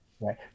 Right